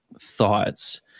thoughts